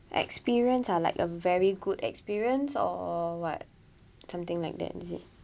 experience ah like a very good experience or [what] something like that is it